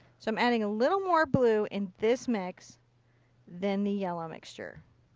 so i'm adding a little more blue in this mix than the yellow mixture.